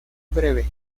breve